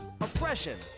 oppression